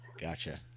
Gotcha